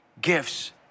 gifts